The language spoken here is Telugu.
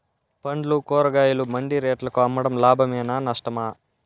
పండ్లు కూరగాయలు మండి రేట్లకు అమ్మడం లాభమేనా నష్టమా?